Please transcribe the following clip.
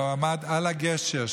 והוא עמד על הגשר,